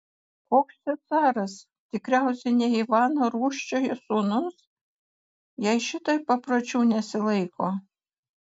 koks čia caras tikriausiai ne ivano rūsčiojo sūnus jei šitaip papročių nesilaiko